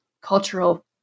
cultural